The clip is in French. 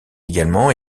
également